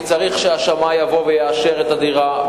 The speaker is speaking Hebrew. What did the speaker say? כי צריך שהשמאי יבוא ויאשר את הדירה,